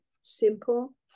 simple